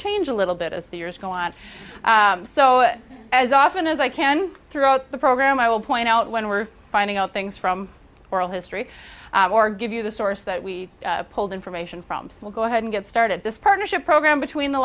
change a little bit as the years go on so as often as i can throughout the program i will point out when we're finding out things from oral history or give you the source that we pulled information from so go ahead and get started this partnership program between the